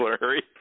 Larry